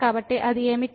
కాబట్టి అది ఏమిటి